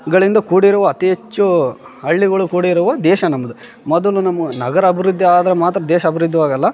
ಗಳಿಂದ ಕೂಡಿರುವ ಅತಿ ಹೆಚ್ಚು ಹಳ್ಳಿಗಳು ಕೂಡಿರುವ ದೇಶ ನಮ್ದು ಮೊದಲು ನಮ್ಮ ನಗರ ಅಭಿವೃದ್ದಿ ಆದರೆ ಮಾತ್ರ ದೇಶ ಅಭಿವೃದ್ದಿಯು ಆಗೋಲ್ಲ